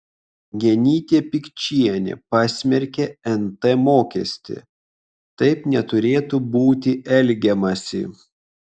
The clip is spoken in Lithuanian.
genytė pikčienė pasmerkė nt mokestį taip neturėtų būti elgiamasi